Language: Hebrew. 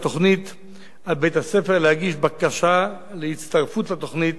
על מנת להשתלב בתוכנית על בית-הספר להגיש בקשה להצטרפות לתוכנית